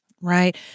Right